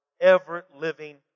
ever-living